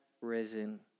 risen